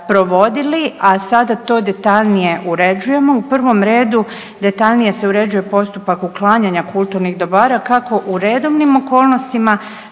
provodili, a sada to detaljnije uređujemo. U prvom redu detaljnije se uređuje postupak uklanjanja kulturnih dobara, kako u redovnim okolnostima